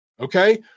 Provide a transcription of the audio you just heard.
Okay